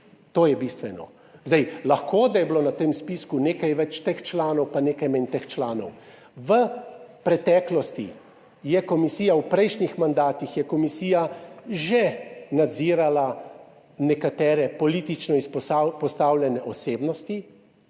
to je bistveno. Zdaj, lahko da je bilo na tem spisku nekaj več teh članov pa nekaj manj teh članov. V preteklosti, v prejšnjih mandatih je komisija že nadzirala nekatere politično izpostavljene osebnosti,